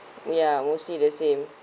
ya mostly the same